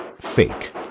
Fake